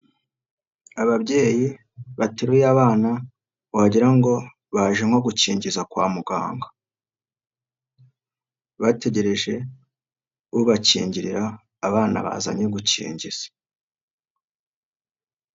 Ababyeyi bateruye abana wagira ngo baje nko gukingiza kwa muganga bategereje ubakingirira abana bazanye gukingiza.